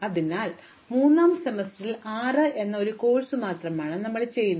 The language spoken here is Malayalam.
അതിനാൽ മൂന്നാം സെമസ്റ്ററിൽ 6 എന്ന ഒരു കോഴ്സ് മാത്രമാണ് ഞാൻ ചെയ്യുന്നത്